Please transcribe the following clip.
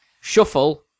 Shuffle